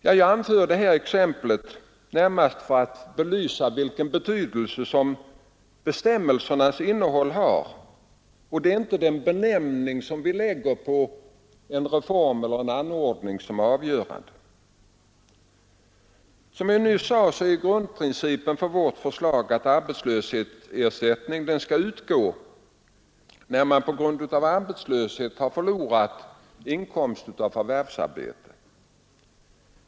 Jag anför detta exempel närmast för att belysa vilken betydelse bestämmelsernas innehåll har. Det är inte den benämning vi lägger på en reform eller en anordning som är avgörande. Som jag nyss sade är grundprincipen för vårt förslag att arbetslöshetsersättning skall utgå till den som på grund av arbetslöshet har förlorat inkomst av förvärvsarbete.